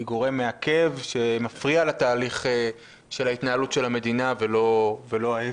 היא גורם מעכב שמפריע לתהליך של ההתנהלות של המדינה ולא ההיפך.